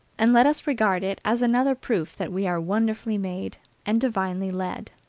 and let us regard it as another proof that we are wonderfully made and divinely led.